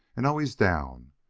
and always down.